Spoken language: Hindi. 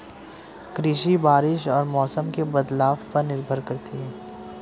कृषि बारिश और मौसम के बदलाव पर निर्भर करती है